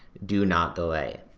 do not delay.